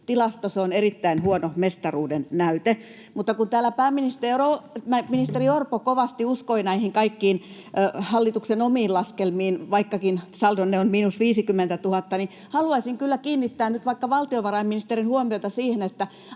tilasto, se on erittäin huono mestaruuden näyte. Mutta kun täällä pääministeri Orpo kovasti uskoi näihin kaikkiin hallituksen omiin laskelmiin, vaikkakin saldonne on miinus 50 000, niin haluaisin kyllä kiinnittää nyt vaikka valtiovarainministerin huomiota siihen, että